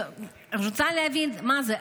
אני רוצה להבין, מה זה?